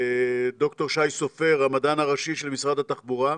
בד"ר שי סופר, המדען הראשי של משרד התחבורה.